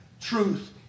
Truth